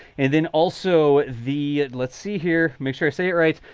and then also the let's see here. make sure i say it right.